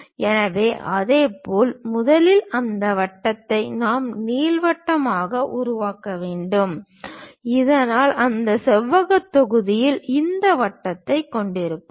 எனவே இதேபோல் முதலில் அந்த வட்டத்தை நாம் நீள்வட்டமாக உருவாக்க வேண்டும் இதனால் அந்த செவ்வகத் தொகுதியில் இந்த நீள்வட்டத்தைக் கொண்டிருப்போம்